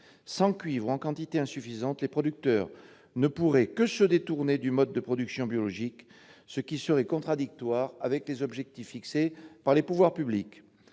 Sans cuivre, ou en quantité insuffisante, les producteurs ne pourraient que se détourner du mode de production biologique, ce qui serait contradictoire avec les objectifs fixés par les pouvoirs publics.